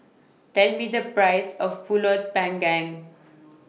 Tell Me The Price of Pulut Panggang